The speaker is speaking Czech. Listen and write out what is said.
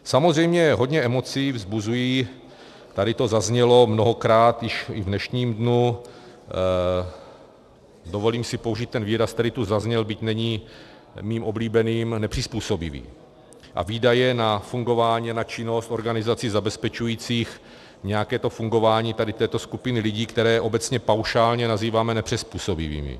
Samozřejmě hodně emocí vzbuzují tady to zaznělo mnohokrát již i v dnešním dnu, dovolím si použít ten výraz, který tu zazněl, byť není mým oblíbeným nepřizpůsobiví a výdaje na fungování a činnost organizací zabezpečujících nějaké to fungování této skupiny lidí, které obecně paušálně nazýváme nepřizpůsobivými.